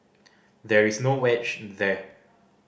there is no wedge there